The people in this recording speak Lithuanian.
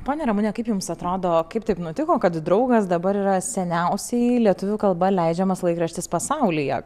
ponia ramune kaip jums atrodo kaip taip nutiko kad draugas dabar yra seniausiai lietuvių kalba leidžiamas laikraštis pasaulyje